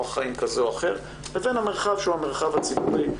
אורח חיים כזה או אחר לבין המרחב שהוא המרחב הציבורי.